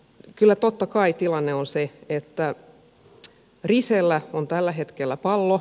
kyllä totta kai tilanne on se että risellä on tällä hetkellä pallo